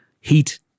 Heat